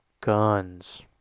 guns